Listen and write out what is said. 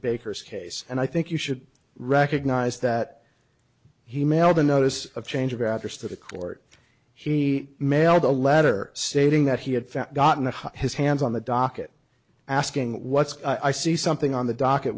baker's case and i think you should recognize that he mailed a notice of change of address to the court he mailed a letter stating that he had gotten his hands on the docket asking what's i see something on the docket